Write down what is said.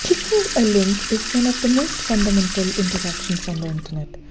clicking a link is one of the most fundamental interactions on the internet.